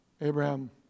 Abraham